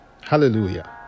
hallelujah